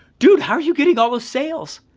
dude, how are you getting all the sales?